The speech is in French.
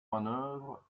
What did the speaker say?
manœuvres